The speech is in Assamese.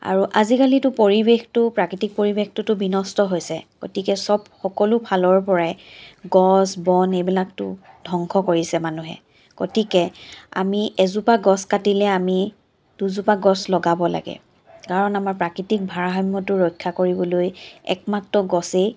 আৰু আজিকালিতো পৰিৱেশটো প্ৰাকৃতিক পৰিৱেশটোতো বিনষ্ট হৈছে গতিকে চব সকলোফালৰ পৰাই গছ বন এইবিলাকতো ধংস কৰিছে মানুহে গতিকে আমি এজোপা গছ কাটিলে আমি দুজোপা গছ লগাব লাগে কাৰণ আমাৰ প্ৰাকৃতিক ভাৰসাম্যটো ৰক্ষা কৰিবলৈ একমাত্ৰ গছেই